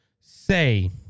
say